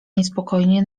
niespokojnie